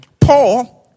Paul